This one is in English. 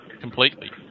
completely